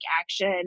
action